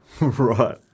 Right